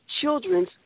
children's